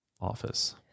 office